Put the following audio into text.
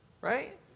Right